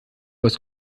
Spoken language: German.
was